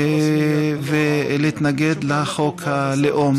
ולהתנגד לחוק הלאום.